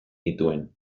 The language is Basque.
nituen